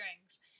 earrings